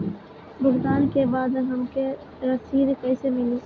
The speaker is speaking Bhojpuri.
भुगतान के बाद हमके रसीद कईसे मिली?